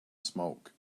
smoke